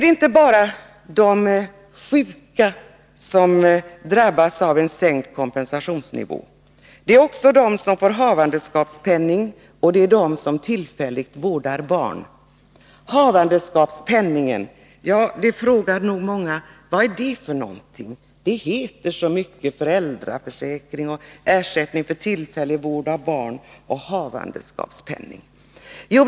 Det är inte bara de sjuka som drabbas av en sänkt kompensationsnivå, utan det gäller också dem som får havandeskapspenning och dem som tillfälligt vårdar barn. Då frågar nog många: Havandeskapspenning — vad är det för någonting? Det heter så mycket: föräldraförsäkring, ersättning för tillfällig vård av barn, havandeskapspenning.